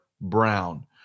Brown